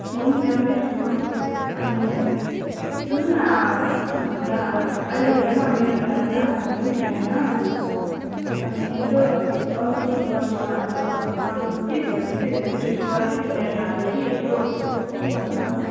म पनि राम्रै छु अनि सुन न के भन्छ अहिले हेर न मेरो त कामहरू पनि छैन अनि यसो अलिपुरद्वारमा यस्तो अब कामहरू के भेटिन्छ वा निस्किएको छ तिमीलाई थाहा छ कि यसो भन न